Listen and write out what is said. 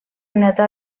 innata